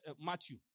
Matthew